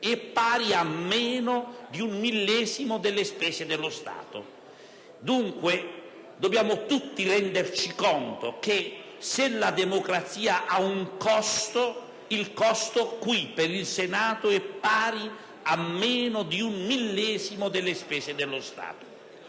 è pari a meno di un millesimo delle spese dello Stato. Dunque, dobbiamo tutti renderci conto che se la democrazia ha un costo, questo per il Senato è pari a meno di un millesimo delle spese dello Stato.